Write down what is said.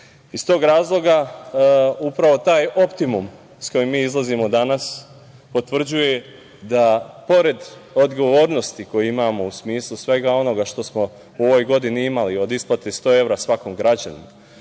tog razloga upravo taj optimum sa kojim mi izlazimo danas potvrđuje da, pored odgovornosti koju imamo u smislu svega onoga što smo u ovoj godini imali, od isplate 100 evra svakom građaninu,